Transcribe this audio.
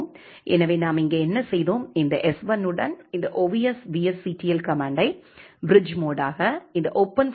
எனவே நாம் இங்கே என்ன செய்தோம் இந்த எஸ் 1 உடன் இந்த ovs vsctl கமெண்ட்டை பிரிட்ஜ் மோட்டாக இந்த ஓபன்ஃப்ளோ வெர்சன் 1